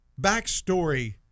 backstory